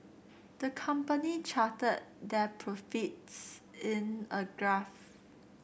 the company charted their profits in a graph